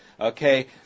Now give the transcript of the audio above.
Okay